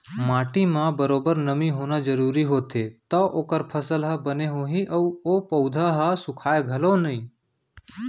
माटी म बरोबर नमी होना जरूरी होथे तव ओकर फसल ह बने होही अउ ओ पउधा ह सुखाय घलौ नई